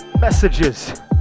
messages